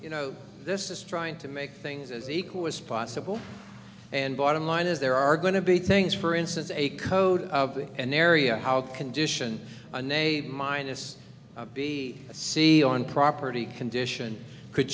you know this is trying to make things as equal as possible and bottom line is there are going to be things for instance a code of an area how condition on a minus b c on property condition could